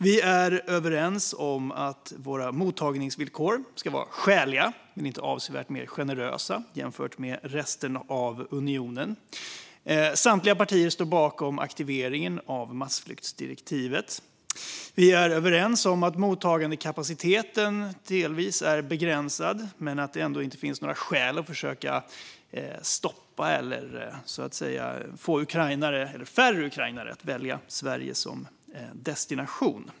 Vi är överens om att våra mottagningsvillkor ska vara skäliga men inte avsevärt mer generösa jämfört med resten av unionen. Samtliga partier står bakom aktiveringen av massflyktsdirektivet. Vi är överens om att mottagandekapaciteten delvis är begränsad men att det inte finns några skäl att försöka stoppa detta eller, så att säga, få färre ukrainare att välja Sverige som destination.